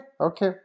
Okay